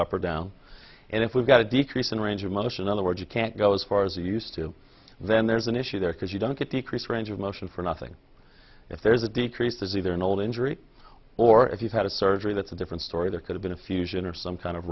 up or down and if we've got a decrease in range of motion other words you can't go as far as you used to then there's an issue there because you don't get decreased range of motion for nothing if there's a decreases either an old injury or if you've had a surgery that's a different story there could've been a fusion or some kind of